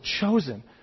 chosen